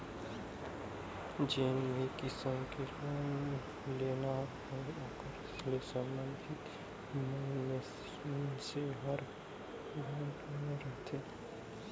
जेन भी किसम के लोन लेना हे ओकर ले संबंधित मइनसे हर बेंक में रहथे